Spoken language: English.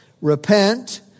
Repent